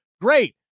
great